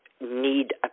need